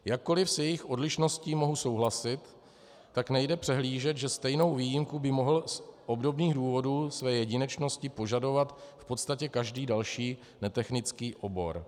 Jakkoli s jejich odlišností mohu souhlasit, tak nejde přehlížet, že stejnou výjimku by mohl z obdobných důvodů své jedinečnosti požadovat v podstatě každý další netechnický obor.